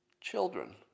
children